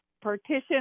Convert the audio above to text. partition